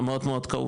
כאוב.